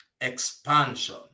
Expansion